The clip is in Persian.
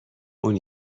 اون